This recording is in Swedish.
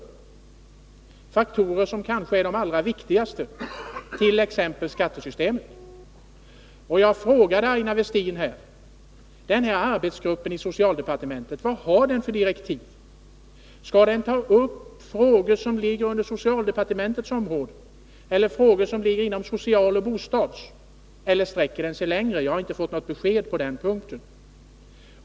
Det är faktorer som kanske är de allra viktigaste i sammanhanget, t.ex. skattesystemet. Jag frågade Aina Westin: Vad har den här arbetsgruppen inom socialdepartementet för direktiv? Skall den ta upp frågor som ligger inom socialdepartementets område, eller frågor som ligger inom socialoch bostadsdepartementens område? Eller sträcker sig arbetsuppgifterna längre? Jag har inte fått något besked på den punkten.